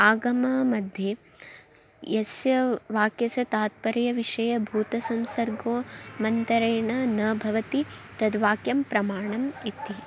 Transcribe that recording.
आगममध्ये यस्य वाक्यस्य तात्पर्यविषये भूतसंसर्गः मन्तरेण न भवति तद्वाक्यं प्रमाणम् इति